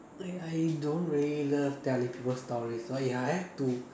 I I don't really love telling people stories but if I have to